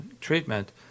treatment